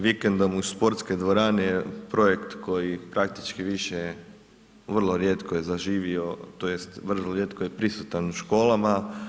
Vikendom u sportske dvorane projekt koji praktički više, vrlo rijetko je zaživio, tj. vrlo rijetko je prisutan u školama.